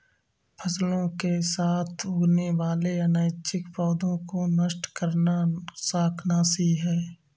फसलों के साथ उगने वाले अनैच्छिक पौधों को नष्ट करना शाकनाशी है